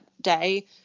day